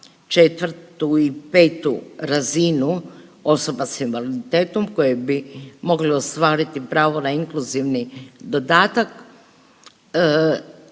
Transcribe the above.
četvrtu i petu razinu osoba s invaliditetom koje bi mogle ostvariti pravo na inkluzivni dodatak